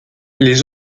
les